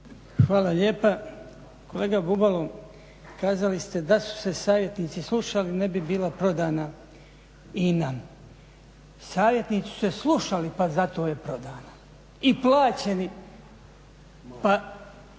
Hvala lijepa. Kolega Bubalo, kazali ste da su se savjetnici slušali ne bi bila prodana INA, savjetnici su se slušali pa zato je prodana i plaćeni